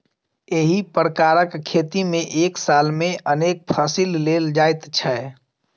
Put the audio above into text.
एहि प्रकारक खेती मे एक साल मे अनेक फसिल लेल जाइत छै